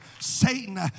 Satan